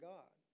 God